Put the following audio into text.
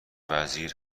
وزیر